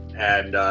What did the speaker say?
and